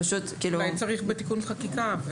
אולי צריך בתיקון חקיקה.